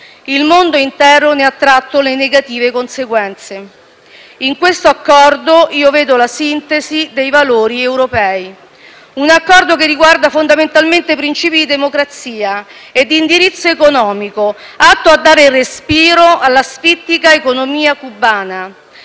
il mondo intero ne ha tratto le negative conseguenze. In questo Accordo vedo la sintesi dei valori europei. Un Accordo che riguarda fondamentalmente principi di democrazia e di indirizzo economico, atto a dare respiro all'asfittica economia cubana